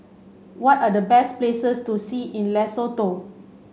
what are the best places to see in Lesotho